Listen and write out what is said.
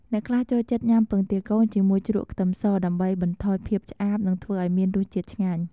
អ្នកខ្លះចូលចិត្តញ៉ាំពងទាកូនជាមួយជ្រក់ខ្ទឹមស ដើម្បីបន្ថយភាពឆ្អាបនិងធ្វើឱ្យមានរសជាតិឆ្ងាញ់។